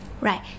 right